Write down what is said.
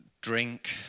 drink